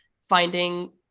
finding